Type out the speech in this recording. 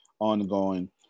ongoing